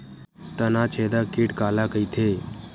तनाछेदक कीट काला कइथे?